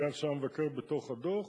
על-ידי אנשי המבקר בתוך הדוח,